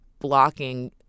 blocking